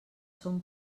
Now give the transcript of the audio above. són